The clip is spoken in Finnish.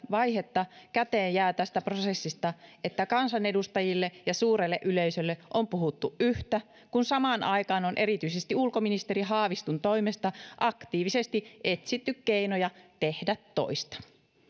vaihetta käteen jää tästä prosessista että kansanedustajille ja suurelle yleisölle on puhuttu yhtä kun samaan aikaan on erityisesti ulkoministeri haaviston toimesta aktiivisesti etsitty keinoja tehdä toista